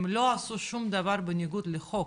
הם לא עשו שום דבר בניגוד לחוק,